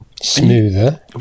Smoother